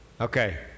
Okay